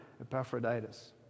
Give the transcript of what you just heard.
Epaphroditus